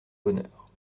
bonheur